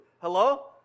Hello